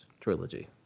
trilogy